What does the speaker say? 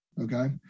okay